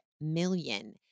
million